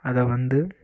அதை வந்து